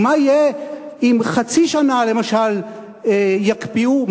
ומה יהיה אם חצי שנה, למשל, יקפיאו?